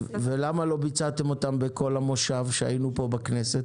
למה לא ביצעתם אותה בכל המושב בכנסת?